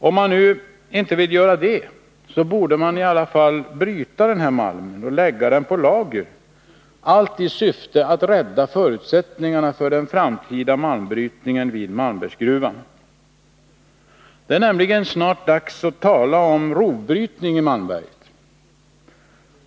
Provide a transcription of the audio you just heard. Om man nu inte vill göra detta, borde man i alla fall bryta hematitmalmen och lägga den i lager, allt i syfte att rädda förutsättningarna för den framtida gruvbrytningen i Malmbergsgruvan. Det är nämligen snart dags att tala om rovbrytning i Malmberget.